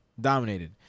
dominated